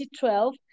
2012